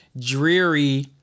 dreary